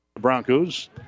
Broncos